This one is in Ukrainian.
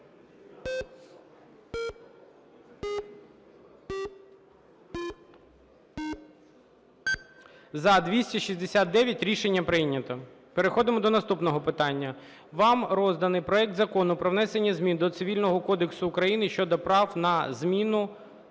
За-269 Рішення прийнято. Переходимо до наступного питання. Вам розданий проект Закону про внесення змін до Цивільного кодексу України (щодо права на зміну